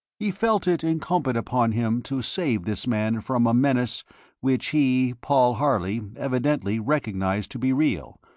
he felt it incumbent upon him to save this man from a menace which he, paul harley, evidently recognized to be real,